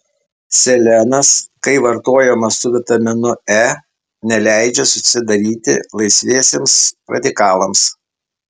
selenas kai vartojamas su vitaminu e neleidžia susidaryti laisviesiems radikalams